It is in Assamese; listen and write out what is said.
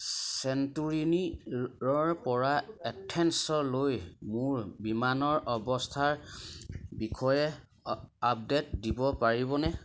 ছেণ্টোৰিনিৰপৰা এথেন্সলৈ মোৰ বিমানৰ অৱস্থাৰ বিষয়ে আপডে'ট দিব পাৰিবনে